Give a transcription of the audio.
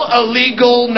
illegal